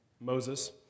Moses